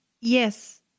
Yes